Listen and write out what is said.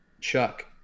Chuck